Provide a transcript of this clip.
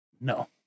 No